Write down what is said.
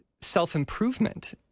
self-improvement